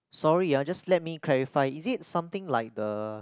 sorry ah just let me clarify is it something like the